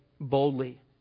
boldly